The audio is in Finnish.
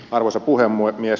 arvoisa puhemies